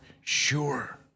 sure